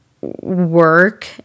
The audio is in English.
work